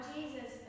Jesus